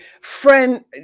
friend